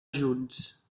junts